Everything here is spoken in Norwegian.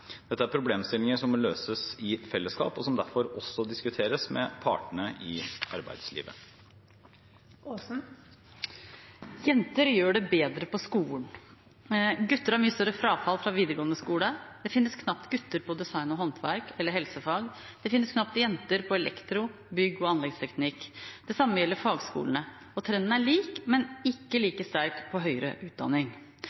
Dette er problemstillinger som må løses i fellesskap, og som derfor også diskuteres med partene i arbeidslivet. Jenter gjør det bedre på skolen. Gutter har mye større frafall fra videregående skole. Det finnes knapt gutter på design og håndverk eller helsefag. Det finnes knapt jenter på elektro, bygg- og anleggsteknikk. Det samme gjelder fagskolene. Trenden er lik, men ikke